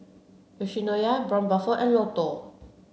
Yoshinoya Braun Buffel and Lotto